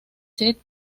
seth